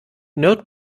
nerd